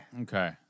Okay